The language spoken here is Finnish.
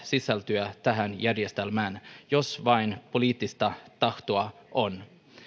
sisältyä tähän järjestelmään jos vain poliittista tahtoa on